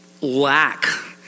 lack